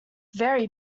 very